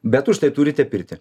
bet užtai turite pirtį